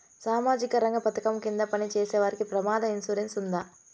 సామాజిక రంగ పథకం కింద పని చేసేవారికి ప్రమాద ఇన్సూరెన్సు ఉందా?